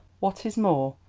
what is more,